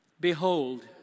Behold